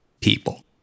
people